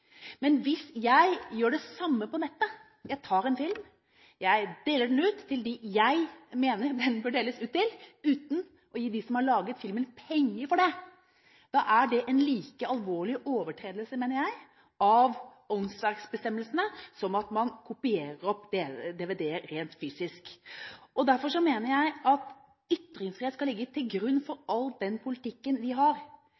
Men hvis jeg gjør det samme på nettet: Jeg tar en film, jeg deler den ut til dem jeg mener den bør deles ut til, uten å gi dem som har laget filmen penger for det, er det en like alvorlig overtredelse, mener jeg, av åndsverksbestemmelsene som at man kopierer opp DVD-er rent fysisk. Derfor mener jeg at ytringsfrihet skal ligge til grunn